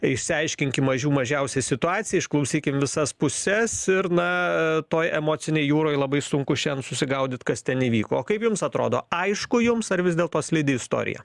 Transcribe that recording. išsiaiškinkim mažių mažiausiai situaciją išklausykim visas puses ir na toj emocinėj jūroj labai sunku šiandien susigaudyt kas ten įvyko o kaip jums atrodo aišku jums ar vis dėlto slidi istorija